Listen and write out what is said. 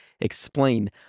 explain